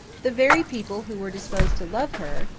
the very people who were disposed to love her,